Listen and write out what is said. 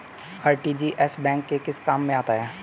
RTGS bank के किस काम में आता है?